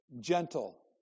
gentle